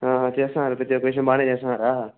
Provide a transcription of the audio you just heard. చేస్తన్నారా ప్రతి ఒక్క విషయం బానే చేస్తన్నారా